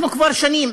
אנחנו כבר שנים